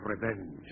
revenge